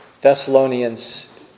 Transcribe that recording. Thessalonians